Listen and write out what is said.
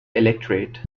electorate